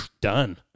done